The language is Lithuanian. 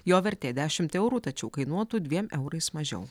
jo vertė dešimt eurų tačiau kainuotų dviem eurais mažiau